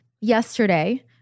yesterday